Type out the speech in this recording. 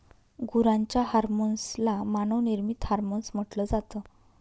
गुरांच्या हर्मोन्स ला मानव निर्मित हार्मोन्स म्हटल जात